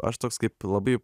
aš toks kaip labai